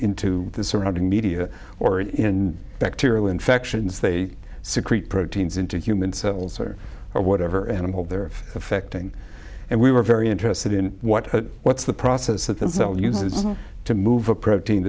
into the surrounding media or in bacterial infections they secrete proteins into human cells or whatever animal they're affecting and we were very interested in what what's the process that themselves uses to move a protein